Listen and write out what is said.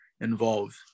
involved